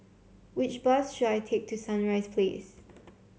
which bus should I take to Sunrise Place